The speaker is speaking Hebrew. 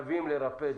בפרוטוקול,